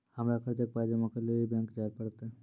हमरा कर्जक पाय जमा करै लेली लेल बैंक जाए परतै?